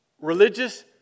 religious